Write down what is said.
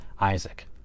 Isaac